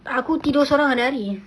aku tidur seorang hari-hari